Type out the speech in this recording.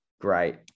great